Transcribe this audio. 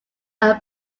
are